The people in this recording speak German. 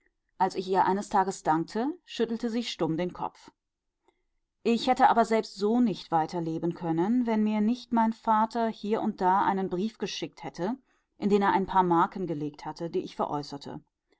als ich ihr eines tages dankte schüttelte sie stumm den kopf ich hätte aber selbst so nicht weiterleben können wenn mir nicht mein vater hier und da einen brief geschickt hätte in den er ein paar marken gelegt hatte die ich